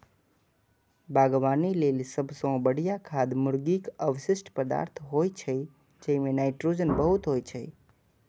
बागवानी लेल सबसं बढ़िया खाद मुर्गीक अवशिष्ट पदार्थ होइ छै, जइमे नाइट्रोजन बहुत होइ छै